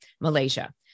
Malaysia